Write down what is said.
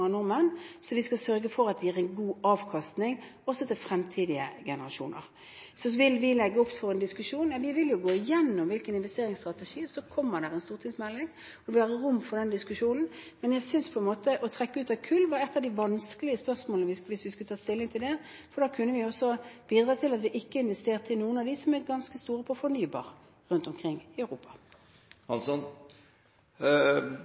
vi skal sørge for at gir en god avkastning også til fremtidige generasjoner. Så vil vi legge opp til en diskusjon, vi vil jo gå gjennom investeringsstrategien, og så kommer det en stortingsmelding. Det vil være rom for den diskusjonen, men jeg synes at å trekke seg ut av kull, er et av de vanskelige spørsmålene å skulle ta stilling til, for da kunne vi også bidra til at vi ikke investerer i noen av dem som er ganske store på fornybar rundt omkring i Europa.